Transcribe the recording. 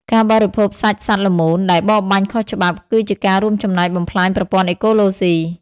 ការបរិភោគសាច់សត្វល្មូនដែលបរបាញ់ខុសច្បាប់ គឺជាការរួមចំណែកបំផ្លាញប្រព័ន្ធអេកូឡូស៊ី។